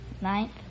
Ninth